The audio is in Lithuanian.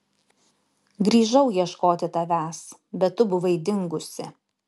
grįžau ieškoti tavęs bet tu buvai dingusi